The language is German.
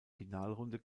finalrunde